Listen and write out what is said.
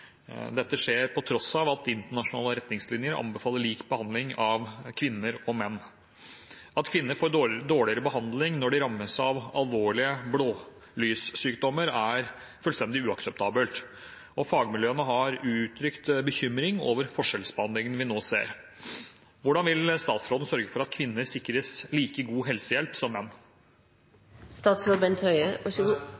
Dette skjer på tross av at internasjonale retningslinjer anbefaler lik behandling av kvinner og menn. At kvinner får dårligere behandling når de rammes av alvorlige «blålyssykdommer», er fullstendig uakseptabelt. Fagmiljøene har uttrykt bekymring over forskjellsbehandlingen vi nå ser. Hvordan vil statsråden sørge for at kvinner sikres like god helsehjelp som menn?»